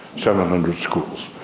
seven hundred schools,